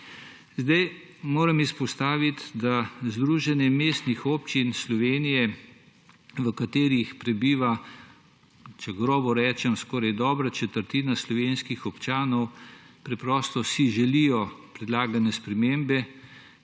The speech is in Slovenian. Moram izpostaviti, da Združenje mestnih občin Slovenije, v katerih prebiva, če grobo rečem, skoraj dobra četrtina slovenskih občanov, si preprosto želi predlagane spremembe,